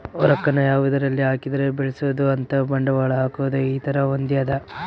ರೊಕ್ಕ ನ ಯಾವದರಲ್ಲಿ ಹಾಕಿದರೆ ಬೆಳ್ಸ್ಬೊದು ಅಂತ ಬಂಡವಾಳ ಹಾಕೋದು ಈ ತರ ಹೊಂದ್ಯದ